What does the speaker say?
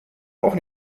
auch